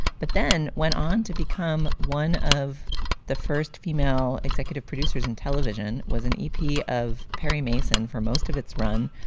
but then went on to become one of the first female executive producers and television was an ep of perry mason for most of its run,